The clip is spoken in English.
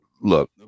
look